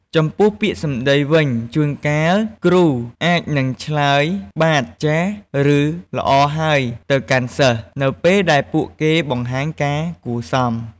ចំពោះពាក្យសម្ដីវិញ ជួនកាល គ្រូអាចនឹងឆ្លើយ បាទ ចាស ឬ ល្អហើយទៅកាន់សិស្ស នៅពេលដែលពួកគេបង្ហាញការគួរសម។